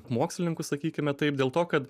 mokslininkų sakykime taip dėl to kad